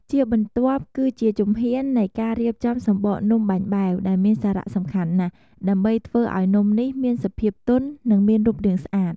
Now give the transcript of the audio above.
ជាបន្ទាប់ គឺជាជំហាននៃការរៀបចំសំបកនំបាញ់បែវ ដែលមានសារៈសំខាន់ណាស់ ដើម្បីធ្វើឱ្យនំនេះមានសភាពទន់ និងមានរូបរាងស្អាត។